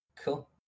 Cool